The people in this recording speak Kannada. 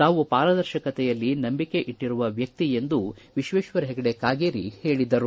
ತಾವು ಪಾರದರ್ಶಕತೆಯಲ್ಲಿ ನಂಬಿಕೆ ಇಟ್ಟರುವ ವ್ವಕ್ತಿ ಎಂದು ವಿಶ್ವೇಶ್ವರ ಹೆಗಡೆ ಕಾಗೇರಿ ಹೇಳಿದರು